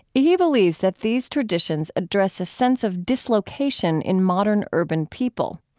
he believes that these traditions address a sense of dislocation in modern urban people.